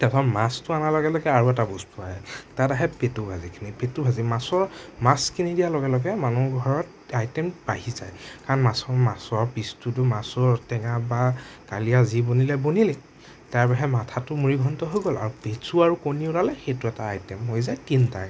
তাৰপা মাছটো অনাৰ লগে লগে আৰু এটা বস্তু আহে তাত আহে পেটু ভাজিখিনি পেটু ভাজি মাছৰ মাছখিনি দিয়াৰ লগে লগে মানুহঘৰত আইটেম বাঢ়ি যায় কাৰণ মাছৰ মাছৰ পিছটোতো মাছৰ টেঙা বা কালীয়া যি বনিলে বনিলে তাৰ বাহিৰে মাথাটো মুড়ি ঘন্ট হৈ গ'ল আৰু পেটু আৰু কণী ওলালে সেইটো এটা আইটেম হৈ যায় তিনটা আইটেম